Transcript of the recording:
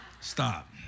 Stop